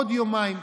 עוד יומיים.